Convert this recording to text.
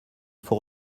faut